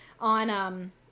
on